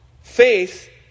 Faith